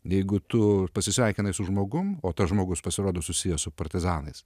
jeigu tu pasisveikinai su žmogum o tas žmogus pasirodo susijęs su partizanais